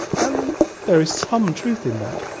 and there is some truth in that,